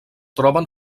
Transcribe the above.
troben